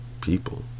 people